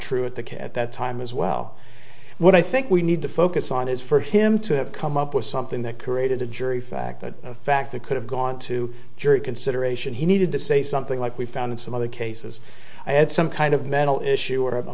true at the kid at that time as well what i think we need to focus on is for him to have come up with something that created a jury fact that fact that could have gone to jury consideration he needed to say something like we found in some other cases i had some kind of mental issue or